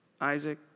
Isaac